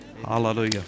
Hallelujah